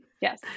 yes